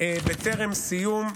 בטרם סיום,